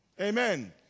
Amen